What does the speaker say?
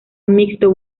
mixtos